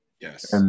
Yes